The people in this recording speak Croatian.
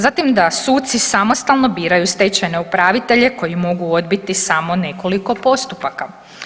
Zatim, da suci samostalno biraju stečajne upravitelje koji mogu odbiti samo nekoliko postupaka.